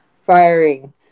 firing